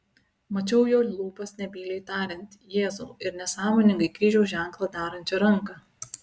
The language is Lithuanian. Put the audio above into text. mačiau jo lūpas nebyliai tariant jėzau ir nesąmoningai kryžiaus ženklą darančią ranką